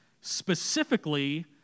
specifically